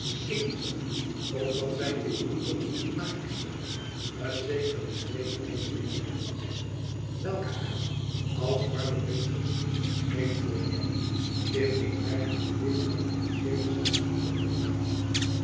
om dat zy in den toon van haar echtgenoot een zekere tevredenheid meende op te merken welke haar als warme prinsgezinde vreemd voorkwam indien werkelijk de witt hem een officiëele zending had opgedragen